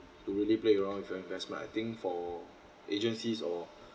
to really play around with your investment I think for agencies or